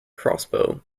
crossbow